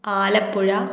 Alappuzha